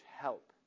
help